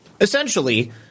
Essentially